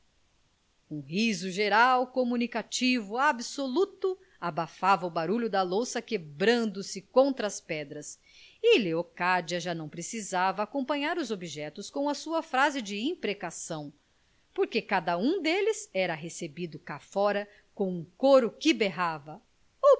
o bacio um riso geral comunicativo absoluto abafava o baralho da louça quebrando se contra as pedras e leocádia já não precisava acompanhar os objetos com a sua frase de imprecação porque cada um deles era recebido cá fora com um coro que berrava